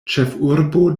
ĉefurbo